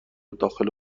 داخل